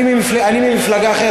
אני ממפלגה אחרת,